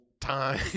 time